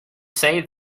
say